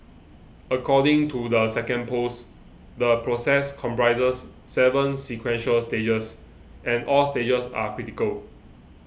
according to the second post the process comprises seven sequential stages and all stages are critical